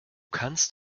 kannst